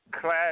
Class